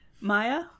Maya